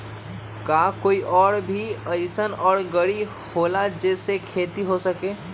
का कोई और भी अइसन और गाड़ी होला जे से खेती हो सके?